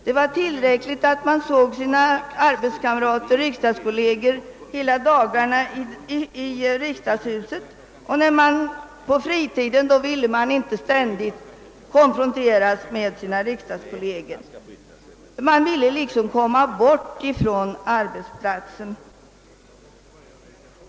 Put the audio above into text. Det var tillräckligt, ansåg riksdagsledamöterna, att se sina riksdagskolleger hela dagarna i riksdagshuset — på fritiden ville man inte ständigt konfronteras med sina arbetskamrater, utan man ville komma bort från arbetsplatsen.